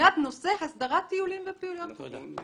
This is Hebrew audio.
לבחינת נושא הסדרת טיולים ופעילויות".